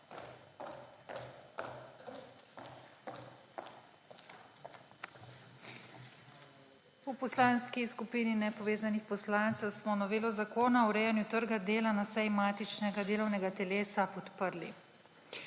V Poslanski skupini nepovezanih poslancev smo novelo Zakona o urejanju trga dela na seji matičnega delovnega telesa podprli.